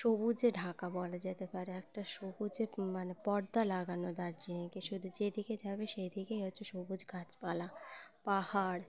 সবুজে ঢাকা বলা যেতে পারে একটা সবুজে মানে পর্দা লাগানো দার্জিলিংকে শুধু যেদিকে যাবে সেইদিকেই হচ্ছে সবুজ গাছপালা পাহাড়